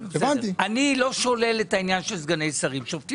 אני לא שולל את העניין של סגני שרים,